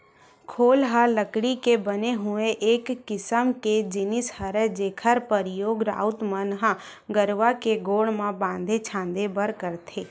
खोल ह लकड़ी के बने हुए एक किसम के जिनिस हरय जेखर परियोग राउत मन ह गरूवा के गोड़ म बांधे छांदे बर करथे